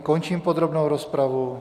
Končím podrobnou rozpravu.